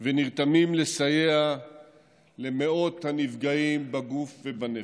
ונרתמים לסייע למאות הנפגעים בגוף ובנפש.